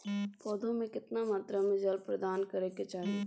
पौधों में केतना मात्रा में जल प्रदान करै के चाही?